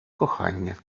кохання